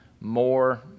more